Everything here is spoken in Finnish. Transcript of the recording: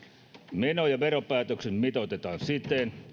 meno ja veropäätökset mitoitetaan siten